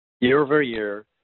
Year-over-year